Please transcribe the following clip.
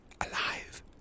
alive